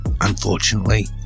unfortunately